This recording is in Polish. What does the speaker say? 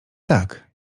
tak